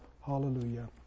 Hallelujah